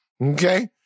Okay